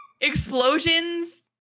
explosions